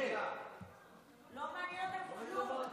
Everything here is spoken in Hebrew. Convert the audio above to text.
לא מעניין אותו כלום.